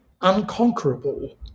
unconquerable